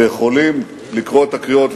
ויכולים לקרוא את הקריאות,